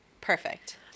Perfect